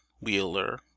Wheeler